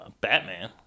Batman